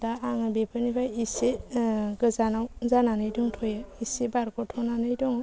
दा आङो बेफोरनिफ्राय एसे गोजानाव जानानै दंथ'यो एसे बारगथ'नानै दं